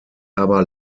aber